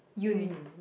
Yoon